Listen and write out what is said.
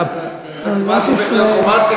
אהבת ישראל.